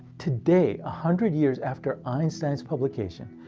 today, a hundred years after einstein's publication,